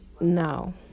no